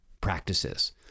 practices